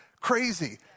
crazy